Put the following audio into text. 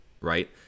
right